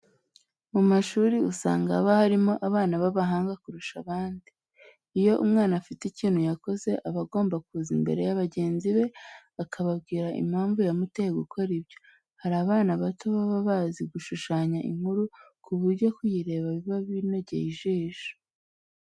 Mu ishuri usanga haba harimo abana b'abahanga kurusha abandi. Iyo umwana afite ikintu yakoze, aba agomba kuza imbere ya bagenzi be akababwira impamvu yamuteye gukora ibyo. Hari abana bato baba bazi gushushanya inkuru, ku buryo kuyireba biba binogeye ijisho.